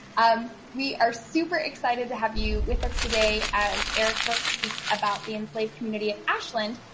um we are super excited to have you with us today as eric brooks speaks about the enslaved community at ashland,